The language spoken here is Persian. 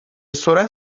سرعت